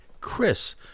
chris